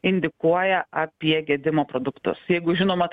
indikuoja apie gedimo produktus jeigu žinoma